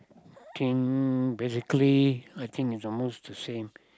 king basically I think it's almost the same